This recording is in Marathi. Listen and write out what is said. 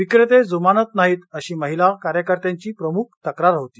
विक्रेते जुमानत नाहीत अशी महिला कार्यकर्त्यांची प्रुमुख तक्रार होती